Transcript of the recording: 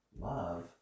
love